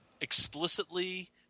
explicitly